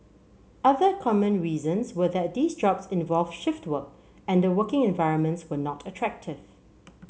other common reasons were that these jobs involved shift work and the working environments were not attractive